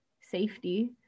safety